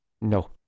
No